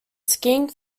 skiing